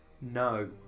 No